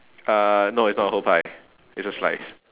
uh no it's not a whole pie it's a slice